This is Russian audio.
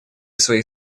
своих